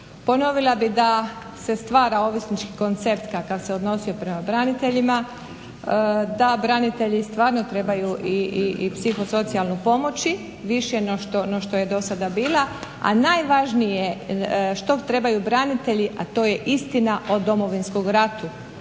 Ponovila bih da se stvara ovisnički koncept kakav se odnosi prema braniteljima, da branitelji stvarno trebaju i psihosocijalnu pomoći više nego što je do sada bila, a najvažnije što trebaju branitelji, a to je istina o Domovinskom ratu.